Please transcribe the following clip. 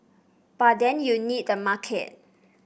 but then you need the market